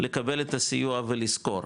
לקבל את הסיוע ולשכור,